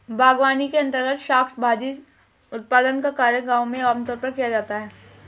बागवानी के अंर्तगत शाक भाजी उत्पादन का कार्य गांव में आमतौर पर किया जाता है